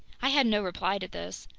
i had no reply to this.